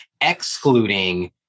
excluding